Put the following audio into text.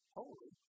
holy